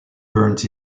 burns